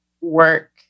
work